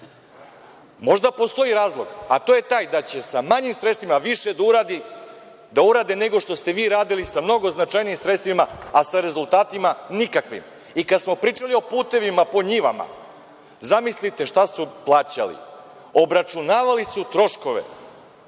Možda postoji razlog, a to je taj da će sa manjim sredstvima više da urade, nego što ste vi radili sa mnogo značajnijim sredstvima, a sa rezultatima nikakvim. I kada smo pričali o putevima po njivama, zamislite šta su plaćali, obračunavali su troškove